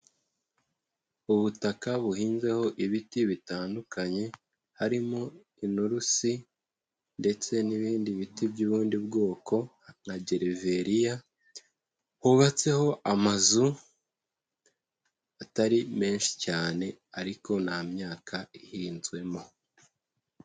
Ubutaka buhinzeho ibiti bitandukanye, harimo inturusi ndetse n'ibindi biti by'ubundi bwoko na geriveriya hubatseho amazu atari menshi cyane ariko nta myaka ihinzwemo.